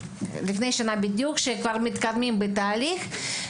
שמתקדמים בתהליך.